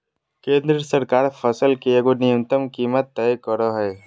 केंद्र सरकार फसल के एगो न्यूनतम कीमत तय करो हइ